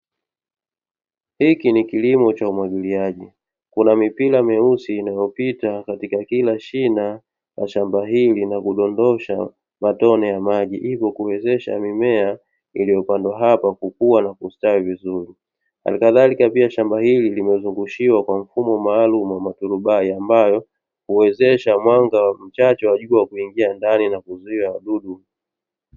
Hiki ni kilimo cha umwagiliaji, kuna mipira meusi inayopita katika kila shina la shamba hili na kudondosha matone ya maji. Hivyo kuiwezesha mimea iliyopandwa hapa kukua na kustawi vizuri. Halikadhalika pia, shamba hili limezungushiwa kwa mfumo maalumu wa maturubai ambayo, huwezesha mwanga mchache wa jua kuingia ndani na kuzuia wadudu.